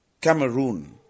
Cameroon